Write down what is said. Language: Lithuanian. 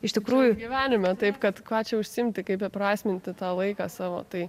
iš tikrųjų gyvenime taip kad kuo čia užsiimti kaip įprasminti tą laiką savo tai